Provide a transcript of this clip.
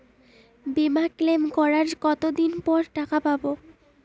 বিমা ক্লেম করার কতদিন পর টাকা পাব?